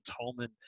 Tolman